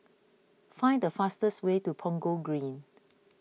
find the fastest way to Punggol Green